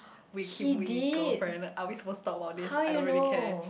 Wee-Kim-Wee girlfriend are we supposed to talk about this I don't really care